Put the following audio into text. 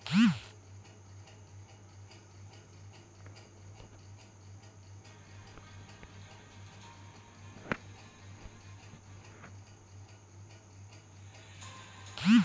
কোনো টাকা বা বিনিয়োগের তহবিলকে যখন স্থানান্তর করা হয়